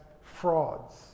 frauds